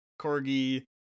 corgi